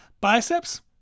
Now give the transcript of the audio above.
Biceps